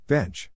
Bench